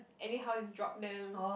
anyhow is drop them